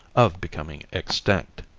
of becoming extinct.